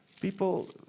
people